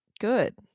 good